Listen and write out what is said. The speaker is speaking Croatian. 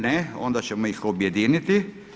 Ne, onda ćemo ih objediniti.